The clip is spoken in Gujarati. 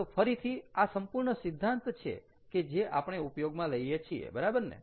તો ફરીથી આ સંપૂર્ણ સિદ્ધાંત છે કે જે આપણે ઉપયોગમાં લઈએ છીએ બરાબર ને